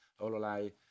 Ololai